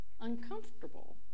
uncomfortable